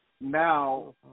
now